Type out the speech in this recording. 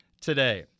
today